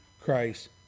Christ